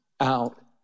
out